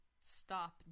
stop